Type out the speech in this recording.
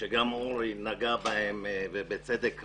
שאורי נגע בהם ובצדק רב,